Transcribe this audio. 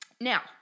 Now